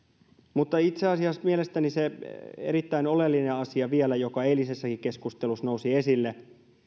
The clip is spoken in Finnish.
itse asiassa mielestäni vielä se erittäin oleellinen asia joka eilisessäkin keskustelussa nousi esille